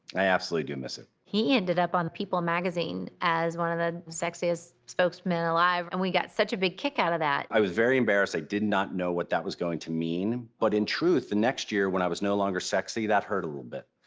i absolutely do miss it. he ended up on the people magazine as one of the sexiest spokesmen alive and we got such a big kick out of that. i was very embarrassed. i did not know what that was going to mean. but in truth, the next year when i was no longer sexy, that hurt a little bit.